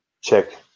check